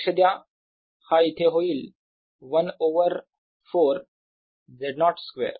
लक्ष द्या हा इथे होईल 1 ओवर 4 Z0 स्क्वेअर